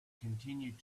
continued